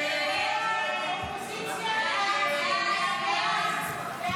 הסתייגות 28 לא